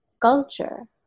culture